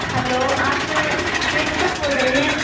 hello आप principal बोल रही हैं